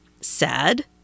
Sad